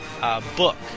book